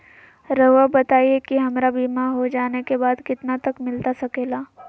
रहुआ बताइए कि हमारा बीमा हो जाने के बाद कितना तक मिलता सके ला?